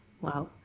wow